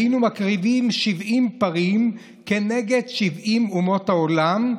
היינו מקריבים 70 פרים כנגד 70 אומות העולם,